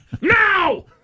Now